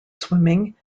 swimming